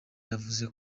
yavuze